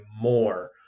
more